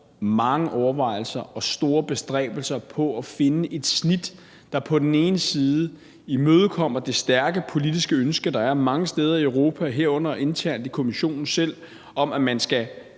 mange overvejelser over og store bestræbelser på at finde et snit, hvor man imødekommer det stærke politiske ønske, der er mange steder i Europa, herunder internt i Kommissionen selv, om, at man skal